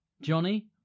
Johnny